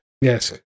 Yes